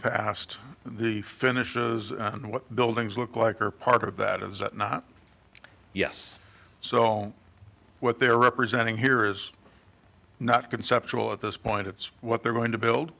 and the finish is what buildings look like are part of that is that not yes so what they're representing here is not conceptual at this point it's what they're going to build